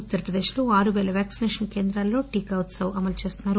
ఉత్తరప్రదేశ్లో ఆరుపేల వ్యాక్సిసేషన్ కేంద్రాల్లో టీకా ఉత్పవ్ అమలుచేస్తున్నారు